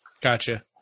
Gotcha